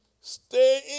stay